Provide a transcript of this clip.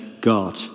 God